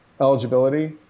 eligibility